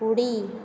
उडी